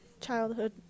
childhood